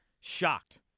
shocked